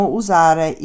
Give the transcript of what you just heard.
usare